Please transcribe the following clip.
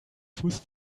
fuß